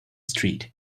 street